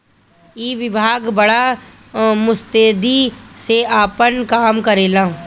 ई विभाग बड़ा मुस्तैदी से आपन काम करेला